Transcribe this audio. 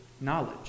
knowledge